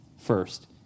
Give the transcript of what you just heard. first